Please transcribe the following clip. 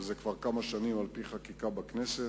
וזה כבר כמה שנים על-פי חקיקה בכנסת,